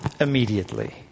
immediately